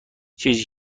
چیزی